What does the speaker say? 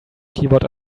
keyboard